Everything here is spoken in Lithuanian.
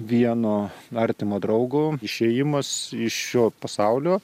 vieno artimo draugo išėjimas iš šio pasaulio